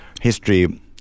History